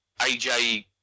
AJ